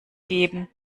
geben